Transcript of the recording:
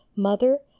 Mother